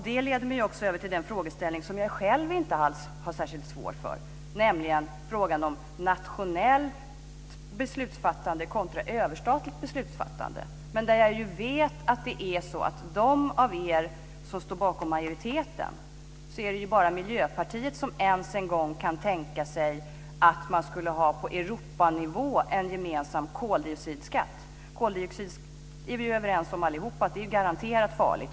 Det leder mig över till den frågeställning som jag själv inte alls har särskilt svårt för, nämligen frågan om nationellt beslutsfattande kontra överstatligt beslutsfattande. Jag vet att av er som står bakom majoriteten är det bara Miljöpartiet som ens en gång kan tänka sig att man på Europanivå skulle ha en gemensam koldioxidskatt. Koldioxid är vi överens allihop om är garanterat farligt.